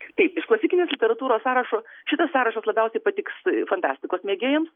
taip iš klasikinės literatūros sąrašo šitas sąrašas labiausiai patiks tai fantastikos mėgėjams